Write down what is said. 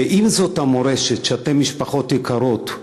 ואם זאת המורשת שאתן, משפחות יקרות,